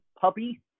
puppy